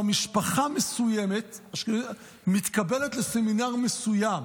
כלומר, משפחה מסוימת מתקבלת לסמינר מסוים.